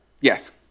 Yes